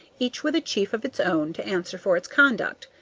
each with a chief of its own to answer for its conduct,